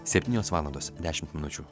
septynios valandos dešimt minučių